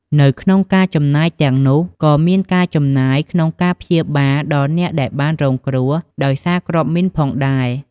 នៅក្នុងការចំណាយទាំងនោះ ក៏មានការចំណាយក្នុងការព្យាបាលដល់អ្នកដែលបានរងគ្រោះដោយសារគ្រាប់មីនផងដែរ។